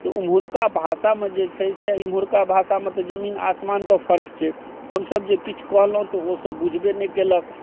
तऽ ओम्हुरका भाषामे जे छै से एम्हुरका भाषामे तऽ जमीन आसमानके फर्क छै हमसभ जे किछु कहलहुँ तऽ ओसभ बुझबे नहि कयलक